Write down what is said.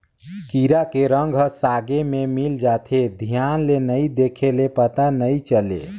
कीरा के रंग ह सागे में मिल जाथे, धियान ले नइ देख ले पता नइ चले